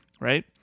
Right